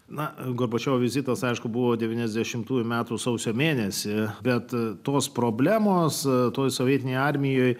na gorbačiovo vizitas aišku buvo devyniasdešimtųjų metų sausio mėnesį bet tos problemos toje sovietinėje armijoje